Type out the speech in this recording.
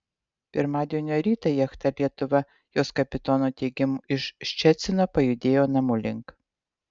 pirmadienio rytą jachta lietuva jos kapitono teigimu iš ščecino pajudėjo namų link